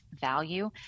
value